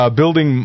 building